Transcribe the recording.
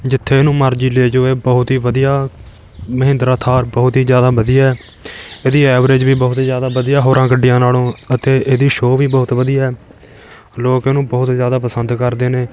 ਜਿੱਥੇ ਇਹਨੂੰ ਮਰਜ਼ੀ ਲੈ ਜਾਉ ਇਹ ਬਹੁਤ ਹੀ ਵਧੀਆ ਮਹਿੰਦਰਾ ਥਾਰ ਬਹੁਤ ਹੀ ਜ਼ਿਆਦਾ ਵਧੀਆ ਇਹਦੀ ਐਵਰੇਜ ਵੀ ਬਹੁਤ ਹੀ ਜ਼ਿਆਦਾ ਵਧੀਆ ਹੋਰਾਂ ਗੱਡੀਆਂ ਨਾਲ਼ੋਂ ਅਤੇ ਇਹਦੀ ਸ਼ੋਅ ਵੀ ਬਹੁਤ ਵਧੀਆ ਲੋਕ ਇਹਨੂੰ ਬਹੁਤ ਜ਼ਿਆਦਾ ਪਸੰਦ ਕਰਦੇ ਨੇ